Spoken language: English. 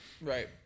Right